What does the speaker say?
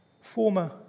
Former